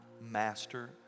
master